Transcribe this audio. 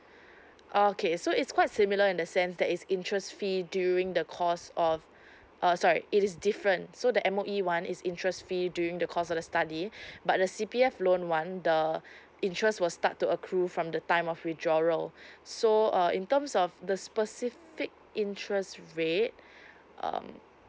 oh okay so it's quite similar in the sense that is interest free during the course of err sorry it's different so the M_O_E one is interest free during the course of the study but the C_P_F loan one the interest will start to accrue from the time of withdrawal so uh in terms of the specific interest rate um